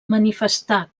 manifestar